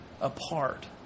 apart